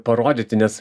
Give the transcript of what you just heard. parodyti nes